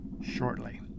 shortly